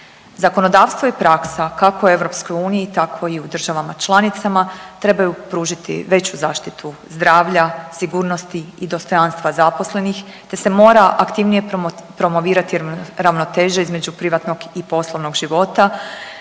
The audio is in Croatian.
Zakonodavstvo i praksa kako u EU tako i u državama članicama trebaju pružiti veću zaštitu zdravlja, sigurnosti i dostojanstva zaposlenih, te se mora aktivnije promovirati ravnoteža između privatnog i poslovnih života,